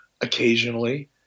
Occasionally